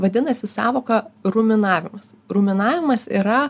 vadinasi sąvoka ruminavimas ruminavimas yra